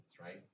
right